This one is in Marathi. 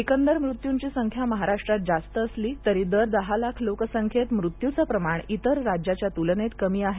एकंदर मृत्यूंची संख्या महाराष्ट्रात जास्त असली तरी दर दहा लाख लोकसंख्येत मृत्यूचं प्रमाण इतर राज्याच्या तुलनेत कमी आहे